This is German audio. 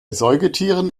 säugetieren